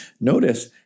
Notice